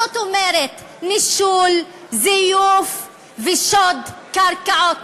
זאת אומרת נישול, זיוף ושוד קרקעות.